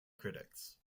critics